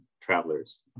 travelers